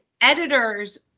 editors